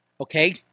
Okay